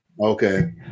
Okay